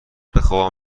بخابم